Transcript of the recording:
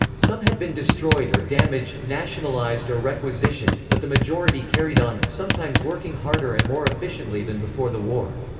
some had been destroyed or damaged, nationalized or requisitioned, but the majority carried on, sometimes working harder and more efficiently than before the war.